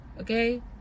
okay